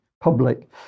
public